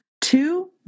two